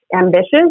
ambitious